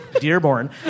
Dearborn